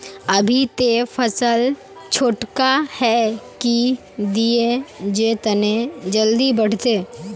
अभी ते फसल छोटका है की दिये जे तने जल्दी बढ़ते?